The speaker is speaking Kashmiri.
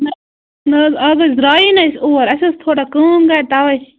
نہ نہ حظ آز حظ درٛایی نہٕ أسی اور اَسہِ ٲس تھوڑا کٲم گَرِ تَوَے